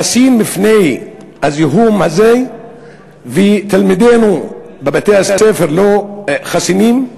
חסינה בפני הזיהום הזה ותלמידינו בבתי-הספר לא חסינים?